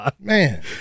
Man